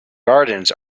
gardens